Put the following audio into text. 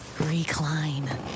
Recline